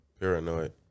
paranoid